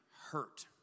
hurt